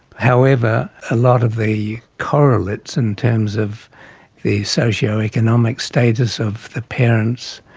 however, a lot of the correlates in terms of the socio-economic status of the parents,